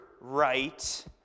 right